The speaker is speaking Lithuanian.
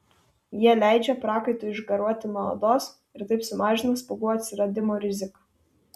jie leidžia prakaitui išgaruoti nuo odos ir taip sumažina spuogų atsiradimo riziką